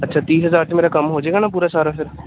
ਅੱਛਾ ਤੀਹ ਹਜ਼ਾਰ 'ਚ ਮੇਰਾ ਕੰਮ ਹੋ ਜਾਏਗਾ ਨਾ ਪੂਰਾ ਸਾਰਾ ਫਿਰ